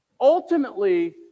ultimately